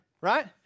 right